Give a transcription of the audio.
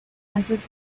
antes